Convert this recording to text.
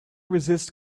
resist